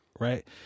right